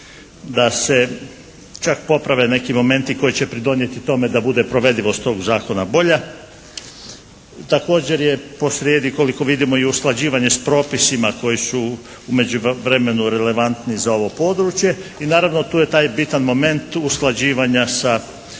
da se čak poprave neki momenti koji će pridonijeti tome da bude provedivost tog zakona bolja. Također je posrijedi koliko vidimo i usklađivanje s propisima koji su u međuvremenu relevantni za ovo područje. I naravno tu je taj bitan moment tu usklađivanja sa,